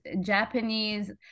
Japanese